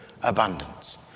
abundance